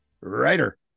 writer